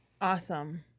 Awesome